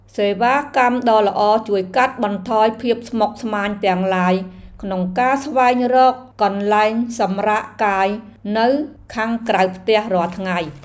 សេវាកម្មដ៏ល្អជួយកាត់បន្ថយភាពស្មុគស្មាញទាំងឡាយក្នុងការស្វែងរកកន្លែងសម្រាកកាយនៅខាងក្រៅផ្ទះរាល់ថ្ងៃ។